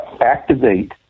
activate